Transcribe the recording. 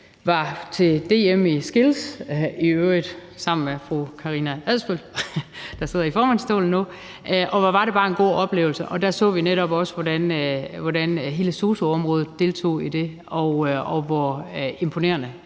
var til DM i Skills, i øvrigt sammen med fru Karina Adsbøl, der sidder i formandsstolen nu, og hvor var det bare en god oplevelse. Der så vi netop også, hvordan hele sosu-området deltog i det, og hvor imponerende